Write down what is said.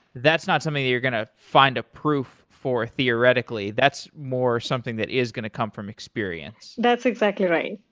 that's not something that you're going to find a proof for theoretically. that's more something that is going to come from experience. that's exactly right.